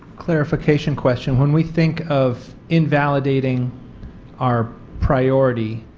clarification question, when we think of invalidating our priority,